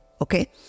okay